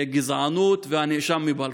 גזענות והנאשם מבלפור.